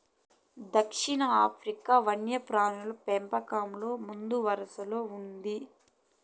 దక్షిణాఫ్రికా వన్యప్రాణుల పెంపకంలో ముందువరసలో ఉంది